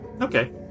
okay